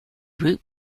route